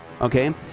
okay